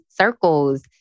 circles